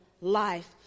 life